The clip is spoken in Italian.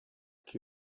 chi